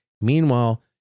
Meanwhile